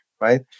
right